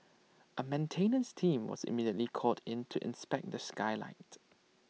A maintenance team was immediately called in to inspect the skylight